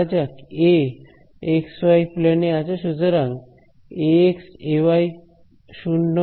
ধরা যাক A X Y প্লেনে আছে সুতরাং Ax Ay 0 হলো আমার ভেক্টর ফিল্ড